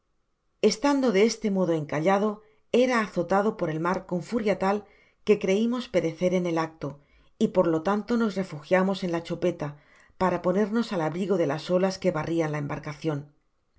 estando de este modo encallado era azotado por el mar con furia tal que creimos perecer en el acto y por lo tanto nos refugiamos en la chopeta í para ponernos al abrigo de las olas que barrian la embarcacion